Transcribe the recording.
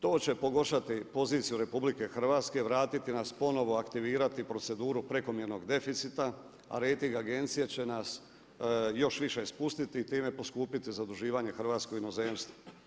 To će pogoršati poziciju RH, vratiti nas ponovno, aktivirati proceduru prekomjernog deficita, a rejting agencije će nas još više spustiti, time poskupiti zaduživanje Hrvatske u inozemstvu.